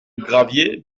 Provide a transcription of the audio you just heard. graviers